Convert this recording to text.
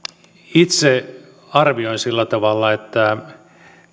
itse arvioin sillä tavalla että